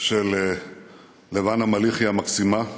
של לבנה מליחי המקסימה.